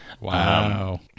Wow